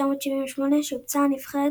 במוקדמות מונדיאל 1978 שובצה הנבחרת